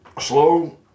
Slow